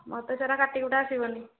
ମୋତେ ସେଗୁଡ଼ା କାଟି କୁଟା ଆସିବନି